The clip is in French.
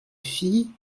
fille